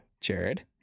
Jared